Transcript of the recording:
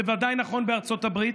זה ודאי נכון בארצות הברית.